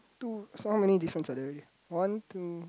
two so how many difference are there one two